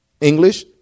English